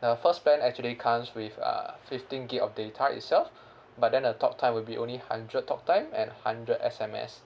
the first plan actually comes with uh fifteen gig of data itself but then the talk time will be only hundred talk time and hundred S_M_S